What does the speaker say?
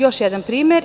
Još jedan primer.